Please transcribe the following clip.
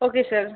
okay sir